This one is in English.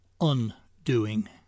undoing